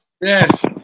Yes